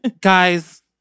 guys